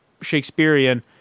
Shakespearean